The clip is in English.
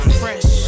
fresh